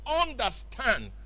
understand